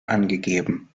angegeben